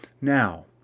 Now